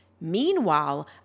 Meanwhile